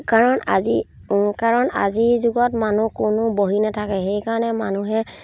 কাৰণ আজি কাৰণ আজিৰ যুগত মানুহ কোনো বহি নাথাকে সেইকাৰণে মানুহে